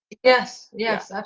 yes. yes.